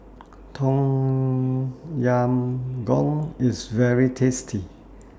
Tom Yam Goong IS very tasty